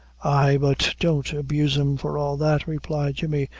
ay, but don't abuse them, for all that, replied jemmy,